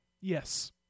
Yes